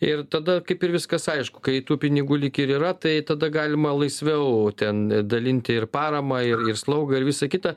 ir tada kaip ir viskas aišku kai tų pinigų lyg ir yra tai tada galima laisviau ten dalinti ir paramą ir ir slaugą ir visa kita